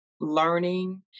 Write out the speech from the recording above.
learning